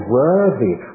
worthy